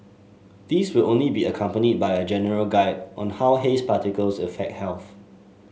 these will only be accompanied by a general guide on how haze particles affect health